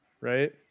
right